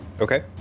Okay